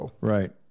Right